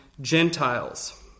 Gentiles